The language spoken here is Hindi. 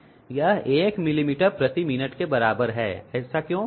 यह 1 मिलीमीटर प्रति मिनट के बराबर है ऐसा क्यों